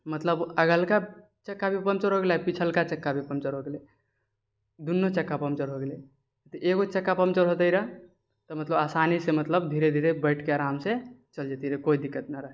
मतलब अगलका चक्का भी पन्चर हो गेलै पिछलका चक्का भी पन्चर हो गेलै दुनू चक्का पन्चर हो गेलै तऽ एकगो चक्का पन्चर होतै रहै तऽ मतलब आसानीसँ मतलब धीरे धीरे बैठके आरामसँ चलि जेतिए रहए कोइ दिक्कत नहि रहै